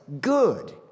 good